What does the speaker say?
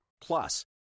Plus